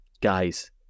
guys